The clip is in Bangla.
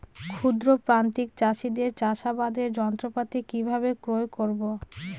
ক্ষুদ্র প্রান্তিক চাষীদের চাষাবাদের যন্ত্রপাতি কিভাবে ক্রয় করব?